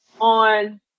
on